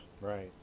Right